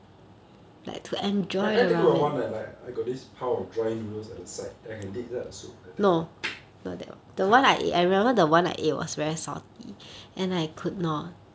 are you talking about the one like got this pile of dry noodles at the side then I can dip inside the soup then I can take out